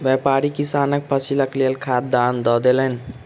व्यापारी किसानक फसीलक लेल खाद दान दअ देलैन